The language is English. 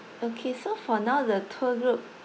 okay so for now the tour group